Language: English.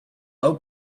low